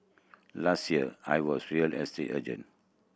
last year I was real estate agent